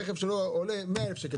הרכב 100,000 שקל.